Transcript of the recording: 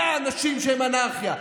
אלה האנשים שהם אנרכיה.